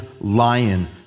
lion